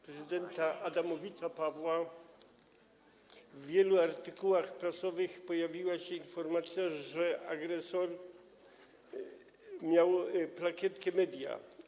prezydenta Adamowicza Pawła w wielu artykułach prasowych pojawiła się informacja, że agresor miał plakietkę „media”